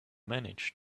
manage